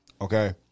okay